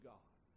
God